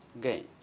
game